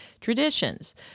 traditions